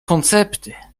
koncepty